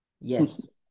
Yes